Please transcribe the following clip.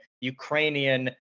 Ukrainian